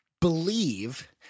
believe